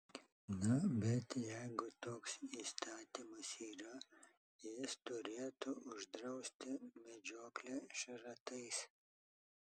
na bet jeigu toks įstatymas yra jis turėtų uždrausti medžioklę šratais